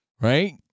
right